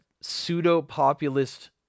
pseudo-populist